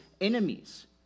enemies